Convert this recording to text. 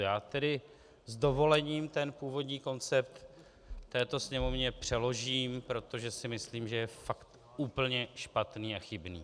Já tedy s dovolením původní koncept této Sněmovně přeložím, protože si myslím, že je fakt úplně špatný a chybný.